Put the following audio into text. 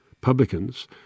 publicans